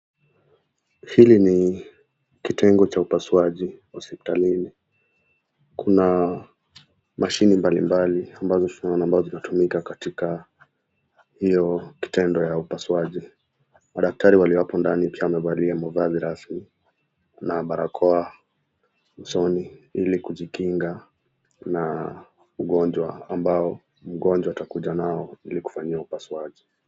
Hili ni kitengo cha upasuaji hosipitalini. Kuna mashini mbali ambazo tunaona zinatumika katika hiyo kitendo ya upasuaji. Madaktari walio hapo ndani pia wamevalia mavazi rasmi na barakoa usoni ili kujikinga na ugonjwa ambao mgonjwa atakuja nao ili kufanyiwa upasuaji.